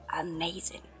amazing